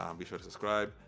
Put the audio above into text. um be sure to subscribe.